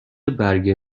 برگ